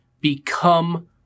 become